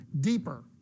deeper